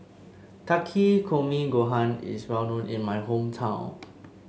Takikomi Gohan is well known in my hometown